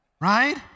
right